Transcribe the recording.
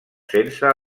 sense